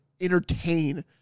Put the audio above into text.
entertain